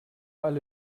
alle